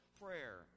prayer